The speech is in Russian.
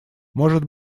может